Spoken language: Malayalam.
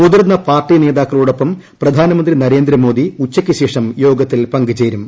മുതിർന്ന പാർട്ടി നേതാക്കളോടൊപ്പം പ്രധാനമന്ത്രി നരേന്ദ്രമോദി ഉച്ചയ്ക്ക് ശേഷം യോഗത്തിൽ പങ്കുചേരും